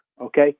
okay